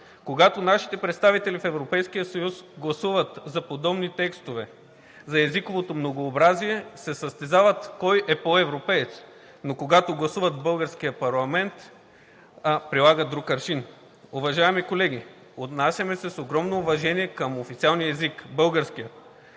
Когато нашите представители в Европейския съюз гласуват за подобни текстове, за езиковото многообразие, се състезават кой е по-европеец, но, когато гласуват в българския парламент, прилагат друг аршин. Уважаеми колеги, отнасяме се с огромно уважение към официалния език – българският.